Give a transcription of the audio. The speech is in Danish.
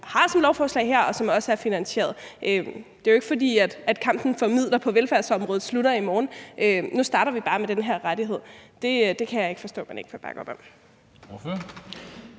som også er finansieret. Det er jo ikke, fordi kampen for midler på velfærdsområdet slutter i morgen. Nu starter vi bare med den her rettighed. Det kan jeg ikke forstå man ikke kan bakke op om.